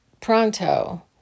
pronto